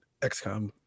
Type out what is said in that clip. XCOM